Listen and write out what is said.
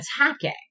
attacking